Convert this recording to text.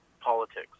politics